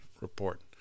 report